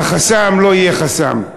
החסם לא יהיה חסם.